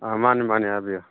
ꯑꯥ ꯃꯥꯅꯤ ꯃꯥꯅꯤ ꯍꯥꯏꯕꯤꯎ